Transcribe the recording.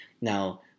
Now